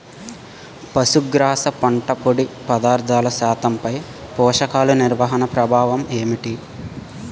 పశుగ్రాస పంట పొడి పదార్థాల శాతంపై పోషకాలు నిర్వహణ ప్రభావం ఏమిటి?